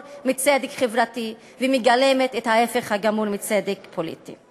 מצדק חברתי ומגלמת את ההפך הגמור מצדק פוליטי.